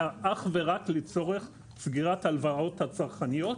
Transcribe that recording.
אלא אך ורק לצורך סגירת ההלוואות הצרכניות.